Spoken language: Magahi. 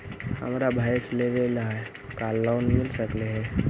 हमरा भैस लेबे ल है का लोन मिल सकले हे?